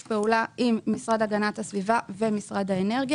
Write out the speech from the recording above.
פעולה עם משרדי הגנת הסביבה והאנרגיה.